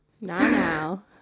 now